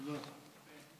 תודה.